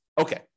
Okay